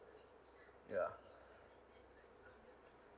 ya